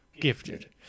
gifted